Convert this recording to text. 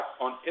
on